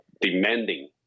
demanding